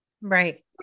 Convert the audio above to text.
Right